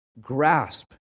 grasp